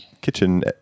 kitchen